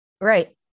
Right